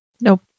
Nope